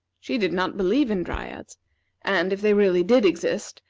she did not believe in dryads and, if they really did exist,